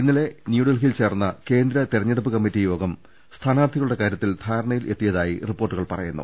ഇന്നലെ ന്യൂഡൽഹിയിൽചേർന്ന കേന്ദ്ര തിരഞ്ഞെടുപ്പ് കമ്മിറ്റിയോഗം സ്ഥാനാർഥികളുടെ കാര്യത്തിൽ ധാരണയിൽ എത്തിയതായി റിപ്പോർട്ടു കൾ പറയുന്നു